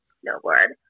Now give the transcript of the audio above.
snowboard